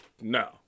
no